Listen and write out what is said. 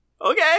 Okay